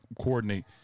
coordinate